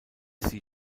sie